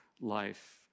life